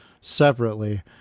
separately